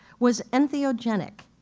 was enthogenic,